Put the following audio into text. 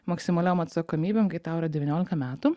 maksimaliom atsakomybėm kai tau yra devyniolika metų